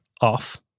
off